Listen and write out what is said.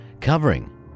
covering